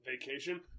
vacation